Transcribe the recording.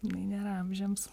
jinai nėra amžiams